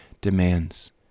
demands